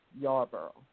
Yarborough